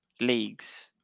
leagues